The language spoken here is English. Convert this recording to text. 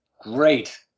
Great